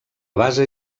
base